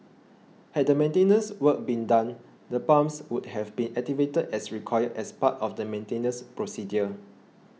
had the maintenance work been done the pumps would have been activated as required as part of the maintenance procedure